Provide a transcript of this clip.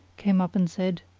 came up and said,